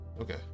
Okay